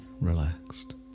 relaxed